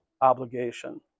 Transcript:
obligation